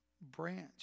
branch